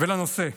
ולנושא,